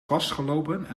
vastgelopen